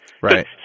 Right